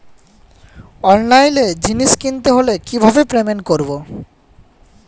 অনলাইনে জিনিস কিনতে হলে কিভাবে পেমেন্ট করবো?